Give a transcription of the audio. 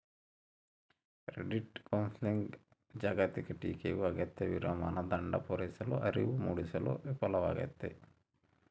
credit ಕೌನ್ಸೆಲಿಂಗ್ನ ಜಾಗತಿಕ ಟೀಕೆಯು ಅಗತ್ಯವಿರುವ ಮಾನದಂಡ ಪೂರೈಸಲು ಅರಿವು ಮೂಡಿಸಲು ವಿಫಲವಾಗೈತಿ